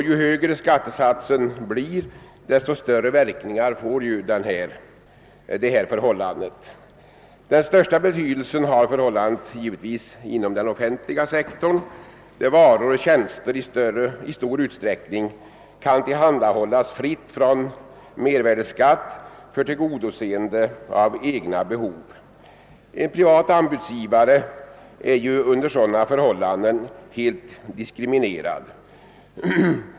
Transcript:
Ju högre skattesatsen blir, desto större blir verkningarna. Den största betydelsen har givetvis förhållandet inom den offentliga sektorn, där varor och tjänster i stor utsiräckning kan tillhandahållas fritt från mervärdeskatt för tillgodoseende av egna behov. En privat anbudsgivare är under sådana förhållanden helt diskriminerad.